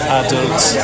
adults